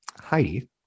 Heidi